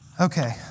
Okay